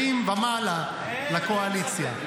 70 ומעלה לקואליציה.